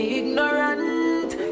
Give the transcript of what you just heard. ignorant